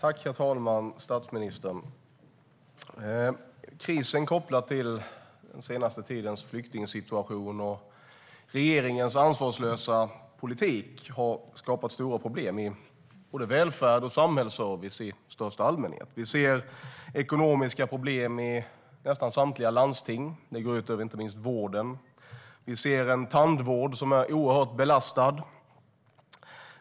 Herr talman! Statsministern! Den kris som är kopplad till den senaste tidens flyktingsituation och regeringens ansvarslösa politik har skapat stora problem i både välfärd och samhällsservice i största allmänhet. Vi ser ekonomiska problem i nästan samtliga landsting. Det går ut över inte minst vården. Vi ser en tandvård som är oerhört belastad.